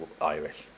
Irish